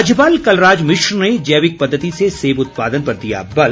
राज्यपाल कलराज मिश्र ने जैविक पद्धति से सेब उत्पादन पर दिया बल